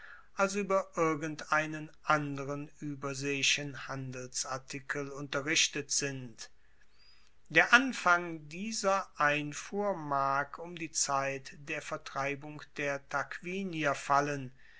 als ueber irgendeinen anderen ueberseeischen handelsartikel unterrichtet sind der anfang dieser einfuhr mag um die zeit der vertreibung der tarquinier fallen